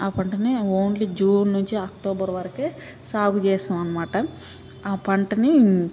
ఆ పంటని only June నుంచి అక్టోబర్ వరకే సాగు చేస్తాం అనమాట ఆ పంటని